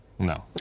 No